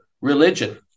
religion